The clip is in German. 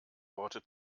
worte